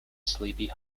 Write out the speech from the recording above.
sleepy